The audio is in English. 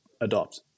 adopt